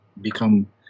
become